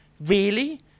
Really